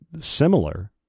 similar